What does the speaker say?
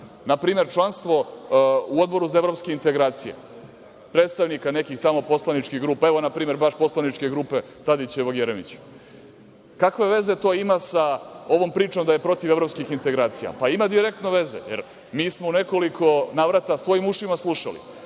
Na primer, članstvo u Odboru za evropske integracije predstavnika nekih tamo poslaničkih grupa, evo, npr. baš poslaničke grupe Tadićeve i Jeremićeve. Kakve veze to ima sa ovom pričom da je protiv evropskih integracija? Pa, ima direktno veze. Mi smo u nekoliko navrata svojim ušima slušali